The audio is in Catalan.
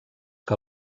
que